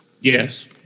Yes